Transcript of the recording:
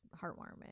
heartwarming